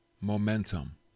Momentum